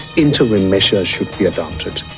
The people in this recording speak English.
interim measures should be adopted.